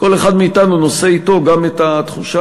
וכל אחד מאתנו נושא אתו גם את התחושה